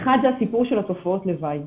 האחד זה הסיפור של תופעות הלוואי.